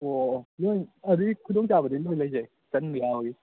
ꯑꯣꯑꯣꯑꯣ ꯂꯣꯏ ꯑꯗꯨꯏ ꯈꯨꯗꯣꯡꯆꯥꯕꯗꯤ ꯂꯣꯏ ꯂꯩꯖꯩ ꯆꯟꯕ ꯌꯥꯕꯒꯤ